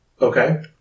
Okay